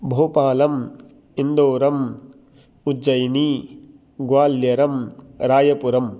भोपालम् इन्दोरम् उज्जैनी ग्वाल्लेरं रायपुरम्